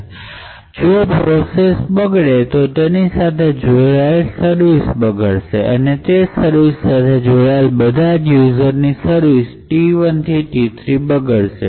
તેથી જો પ્રોસેસ બગડે તો તેની સાથે જોડાયેલ સર્વિસ બગડશે અને તે સર્વિસ સાથે જોડાયેલ બધા યુઝર સર્વિસ t ૧ થી t ૩ બગડશે